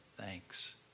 thanks